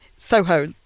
Soho